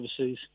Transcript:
overseas